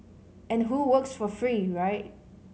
and who works for free right